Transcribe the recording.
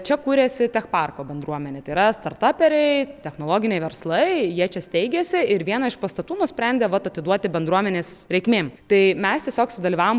čia kūrėsi tech parko bendruomenė tai yra startaperiai technologiniai verslai jie čia steigėsi ir vieną iš pastatų nusprendė vat atiduoti bendruomenės reikmėm tai mes tiesiog sudalyvavom